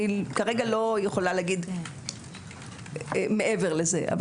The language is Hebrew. אני כרגע לא יכולה להגיד מעבר לזה אבל